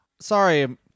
Sorry